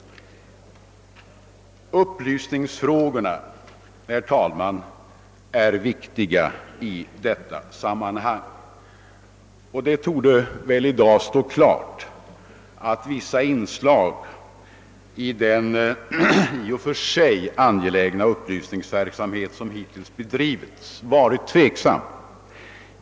Upplysningsfrågorna är viktiga i detta sammanhang. Det torde i dag stå klart att vissa inslag i den i och för sig angelägna upplysningsverksamhet som hittills bedrivits varit av tveksamt värde.